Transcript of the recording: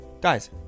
Guys